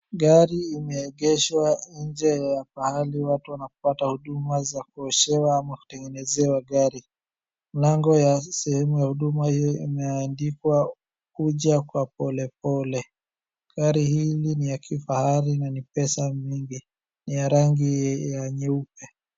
Gari imeegeshwa nje ya pahali watu wanapata huduma za kuoshewa ma kutengenezewa gari. Mlango ya sehemu ya huduma hiyo imeandkiwa kuja kwa polepole. Gari hili ni ya kifahari na ni pesa mingi. Ni ya rangi ya nyeupe.